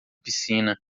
piscina